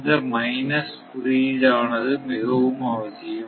இந்த மைனஸ் குறியீடானது மிகவும் அவசியம்